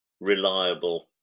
reliable